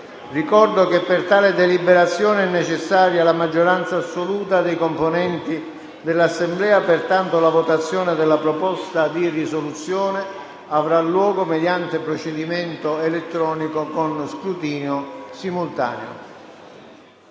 Avverto che per tale deliberazione è necessaria la maggioranza assoluta dei componenti dell'Assemblea. Pertanto, la votazione della proposta di risoluzione avrà luogo mediante procedimento elettronico con scrutinio simultaneo.